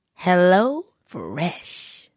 HelloFresh